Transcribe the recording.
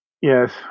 Yes